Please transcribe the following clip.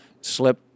slip